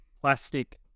plastic